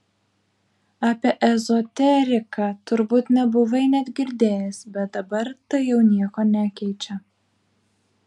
apie ezoteriką turbūt nebuvai net girdėjęs bet dabar tai jau nieko nekeičia